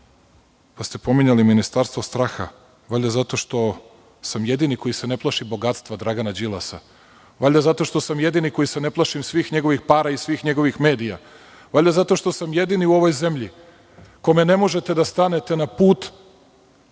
pa ste pominjali „ministarstvo straha“, valjda zato što sam jedini koji se ne plaši bogatstva Dragana Đilasa, valjda zato što sam jedini koji se ne plaši svih njegovih para i svih njegovih medija, valjda zato što sam jedini u ovoj zemlji kome ne možete da stanete na put